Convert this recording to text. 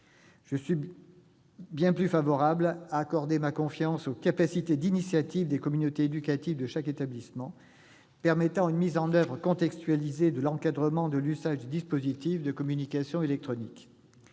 Je suis bien plus enclin à accorder ma confiance à la capacité d'initiative des communautés éducatives des établissements, permettant une mise en oeuvre contextualisée de l'encadrement de l'usage des dispositifs de communication électronique.